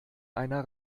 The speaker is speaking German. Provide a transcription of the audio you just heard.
einer